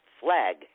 flag